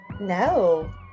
No